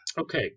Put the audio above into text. Okay